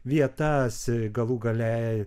vietas galų gale